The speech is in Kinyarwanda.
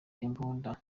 imbunda